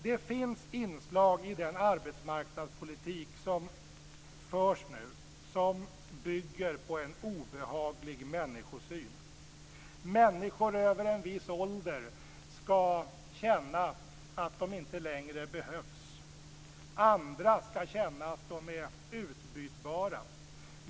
Det finns inslag i den arbetsmarknadspolitik som nu förs som bygger på en obehaglig människosyn. Människor över en viss ålder skall känna att de inte längre behövs. Andra skall känna att de är utbytbara.